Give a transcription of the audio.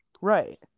Right